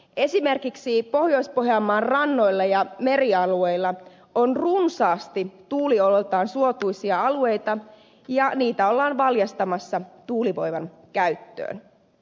esimerkiksi pohjois pohjanmaan rannoilla ja merialueilla on runsaasti tuulioloiltaan suotuisia alueita ja niitä ollaan valjastamassa tuulivoiman käyttöön